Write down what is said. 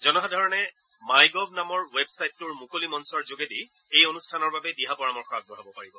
জনসাধাৰণে MyGov নামৰ ৱেবছাইটটোৰ মুকলি মঞ্চৰ যোগেদি এই অনুষ্ঠানৰ বাবে দিহা পৰামৰ্শ আগবঢ়াব পাৰিব